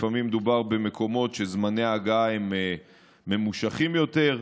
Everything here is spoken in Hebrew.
לפעמים מדובר במקומות שזמני ההגעה הם ממושכים יותר.